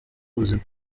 ubuzima